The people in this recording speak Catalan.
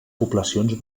poblacions